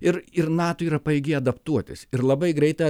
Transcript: ir ir nato yra pajėgi adaptuotis ir labai greitai